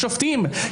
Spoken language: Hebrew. השופטים,